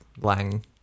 Lang